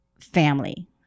family